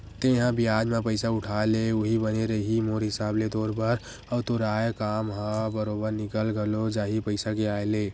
तेंहा बियाज म पइसा उठा ले उहीं बने रइही मोर हिसाब ले तोर बर, अउ तोर आय काम ह बरोबर निकल घलो जाही पइसा के आय ले